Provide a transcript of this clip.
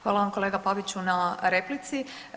Hvala vam kolega Paviću na replici.